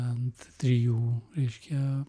ant trijų reiškia